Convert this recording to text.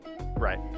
Right